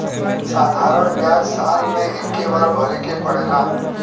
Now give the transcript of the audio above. साधारण ब्याज साल मे एक्के बार भरे के पड़ेला